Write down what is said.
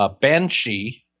Banshee